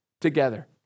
together